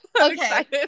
okay